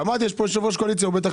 והוא בטח